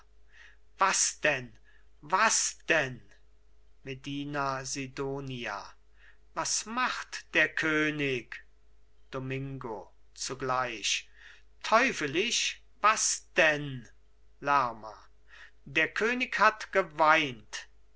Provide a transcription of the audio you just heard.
was denn was denn medina sidonia was macht der könig domingo zugleich teufelisch was denn lerma der könig hat geweint